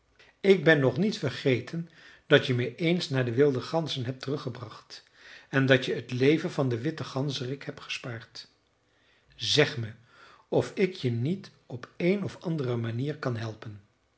ik ben nog niet vergeten dat je me eens naar de wilde ganzen hebt teruggebracht en dat je het leven van den witten ganzerik hebt gespaard zeg me of ik je niet op een of andere manier kan helpen